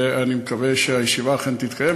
ואני מקווה שהישיבה אכן תתקיים,